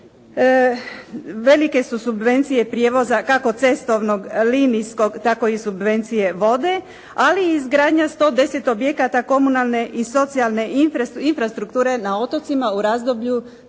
velike su subvencije prijevoza kako cestovnog linijskog, tako i subvencije vode, ali i izgradnja 110 objekata komunalne i socijalne infrastrukture na otocima u trogodišnjem